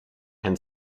and